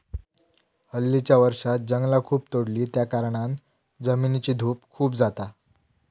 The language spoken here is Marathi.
हल्लीच्या वर्षांत जंगला खूप तोडली त्याकारणान जमिनीची धूप खूप जाता